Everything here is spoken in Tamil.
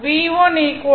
V1 38